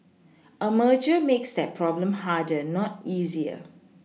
a merger makes that problem harder not easier